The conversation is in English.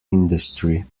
industry